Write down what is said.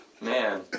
Man